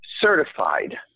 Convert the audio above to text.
certified